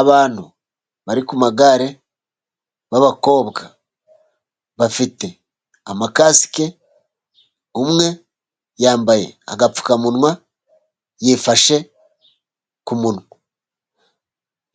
Abantu bari ku magare b'abakobwa bafite amakasike, umwe yambaye agapfukamunwa , yifashe ku munwa.